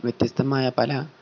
വ്യത്യസ്തമായ പല